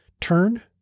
turn